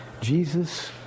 Jesus